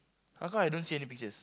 how come I don't see any pictures